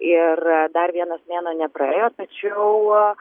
ir dar vienas mėnuo nepraėjo tačiau